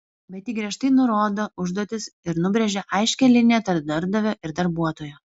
bet ji griežtai nurodo užduotis ir nubrėžia aiškią liniją tarp darbdavio ir darbuotojo